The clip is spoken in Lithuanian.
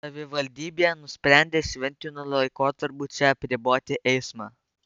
savivaldybė nusprendė šventiniu laikotarpiu čia apriboti eismą